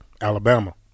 Alabama